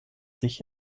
sich